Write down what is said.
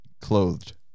Clothed